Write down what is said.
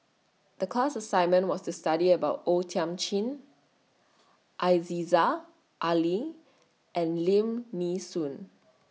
The class assignment was to study about O Thiam Chin Aziza Ali and Lim Nee Soon